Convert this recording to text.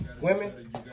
women